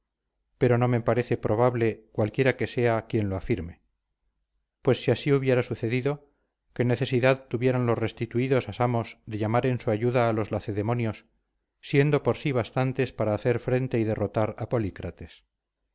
pero no me parece probable cualquiera que sea quien lo afirme pues si así hubiera sucedido que necesidad tuvieran los restituidos a samos de llamar en su ayuda a los lacedemonios siendo por sí bastantes para hacer frente y derrotar a